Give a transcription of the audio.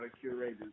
curators